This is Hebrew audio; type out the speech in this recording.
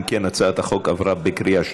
אם כן, הצעת החוק עברה בקריאה שנייה.